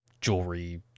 jewelry